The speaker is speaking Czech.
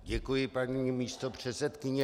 Děkuji, paní místopředsedkyně.